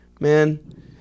Man